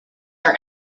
are